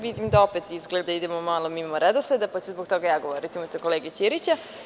Vidim da opet, izgleda, idemo malo mimo redosleda, pa ću zbog toga ja govoriti umesto kolege Ćirića.